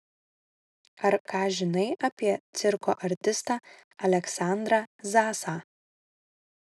ar ką žinai apie cirko artistą aleksandrą zasą